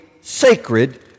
sacred